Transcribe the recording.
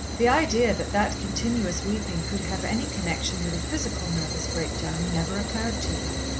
the idea that that continuous weeping could have any connection with a physical nervous breakdown never occurred to her.